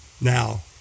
Now